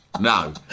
No